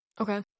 okay